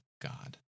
God